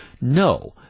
No